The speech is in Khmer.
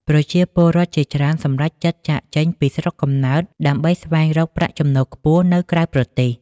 ប្រជាពលរដ្ឋជាច្រើនសម្រេចចិត្តចាកចេញពីស្រុកកំណើតដើម្បីស្វែងរកប្រាក់ចំណូលខ្ពស់នៅក្រៅប្រទេស។